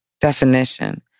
definition